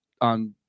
on